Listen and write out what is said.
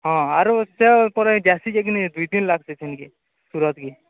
ହଁ ଆରୁ ସେ ପଳେଇଛି ଆସିଛି କିନି ଦୁଇ ଦିନି ଲାଗ୍ସି ସିନି କି ସୁରତ୍ କେ